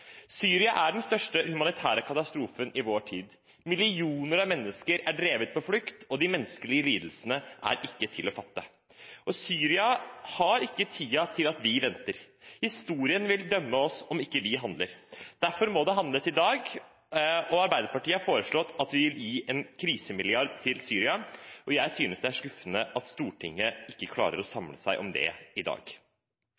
Syria er den største humanitære katastrofen i vår tid. Millioner av mennesker er drevet på flukt, og de menneskelige lidelsene er ikke til å fatte. Syria har ikke tid til at vi venter. Historien vil dømme oss om vi ikke handler. Derfor må det handles i dag. Arbeiderpartiet har foreslått å gi en krisemilliard til Syria, og jeg synes det er skuffende at Stortinget ikke klarer å